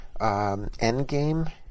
Endgame